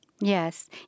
Yes